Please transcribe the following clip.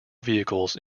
vehicles